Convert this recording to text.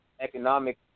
economic